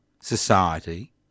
society